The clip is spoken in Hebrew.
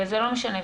וזה לא משנה,